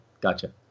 gotcha